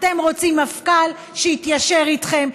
אתם רוצים מפכ"ל שיתיישר איתכם,